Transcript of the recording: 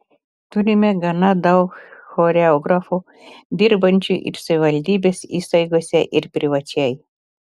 turime gana daug choreografų dirbančių ir savivaldybės įstaigose ir privačiai